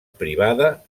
privada